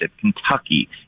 Kentucky